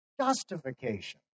justification